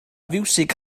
fiwsig